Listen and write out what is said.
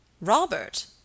Robert